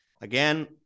Again